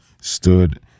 stood